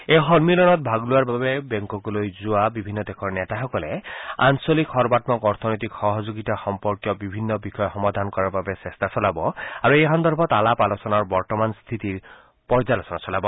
এই সম্মিলনত ভাগ লোৱাৰ বাবে বেংককলৈ যোৱা বিভিন্ন দেশৰ নেতাসকলে আঞ্চলিক সৰ্বাম্মক অৰ্থনৈতিক সহযোগিতা সম্পৰ্কীয় বিভিন্ন বিষয় সমাধান কৰাৰ বাবে চেষ্টা চলাব আৰু এই সন্দৰ্ভত আলাপ আলোচনাৰ বৰ্তমান স্থিতিৰ পৰ্যালোচনা চলাব